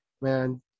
man